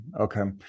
okay